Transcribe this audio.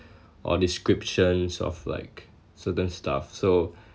or descriptions of like certain stuff so